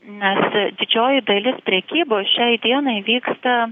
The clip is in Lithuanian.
nes didžioji dalis prekybos šiai dienai vyksta